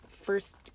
first